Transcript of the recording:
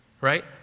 right